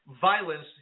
violence